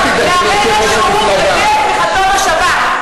מהרגע שהוא הביע את תמיכתו בשב"כ.